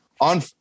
on